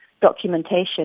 documentation